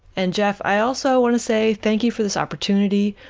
and jeff i also want to say, thank you for this opportunity,